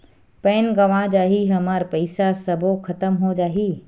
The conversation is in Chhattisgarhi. पैन गंवा जाही हमर पईसा सबो खतम हो जाही?